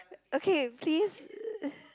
okay please